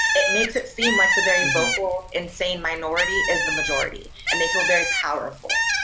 it makes it seem like the very vocal insane minority is the majority, and they feel very powerful.